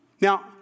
Now